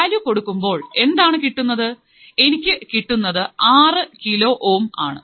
value കൊടുക്കുമ്പോൾ എന്താണ് കിട്ടുന്നത് എനിക്ക് കിട്ടുന്നത് ആറ് കിലോ ഓം ആണ്